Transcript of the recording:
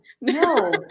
No